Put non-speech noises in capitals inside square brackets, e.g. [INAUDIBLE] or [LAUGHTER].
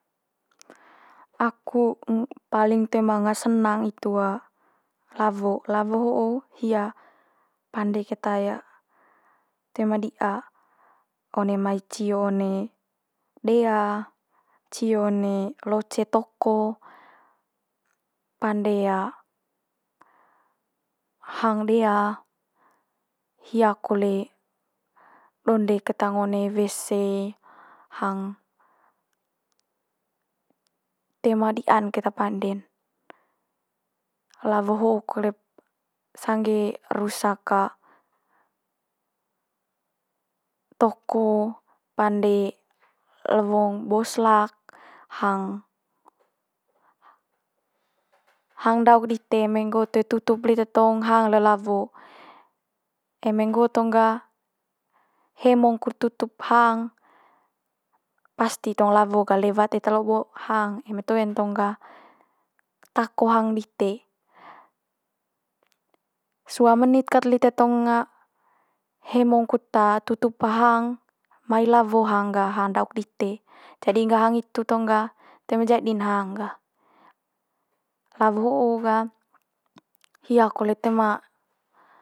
Aku [HESITATION] paling toe manga senang itu lawo, lawo ho hia pande keta toe ma di'a. One mai cio one dea, cio one loce toko, pande hang dea. Hia kole donde keta ngo one wese, hang toe ma di'an keta pande'n. Lawo ho kole'p sangge rusak toko pande lewong boslak, hang ndauk dite eme nggo toe tutup lite tong hang le lawo. Eme nggo tong gah hemong kudut tutup hang pasti tong lawo gah lewat eta lobo hang, eme toe'n tong gah tako hang dite. Sua menit kat lite tong hemong kut tutup hang, mai lawo hang ga, hang ndauk dite. Jadi'n ga hang hitu tong gah toe ma jadi'n hang gah. lawo ho'o gah hia kole toe ma